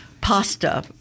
pasta